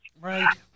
right